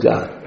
God